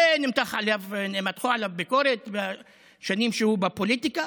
נמתחה עליו הרבה ביקורת בשנים שהוא בפוליטיקה,